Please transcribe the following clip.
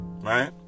Right